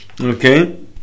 Okay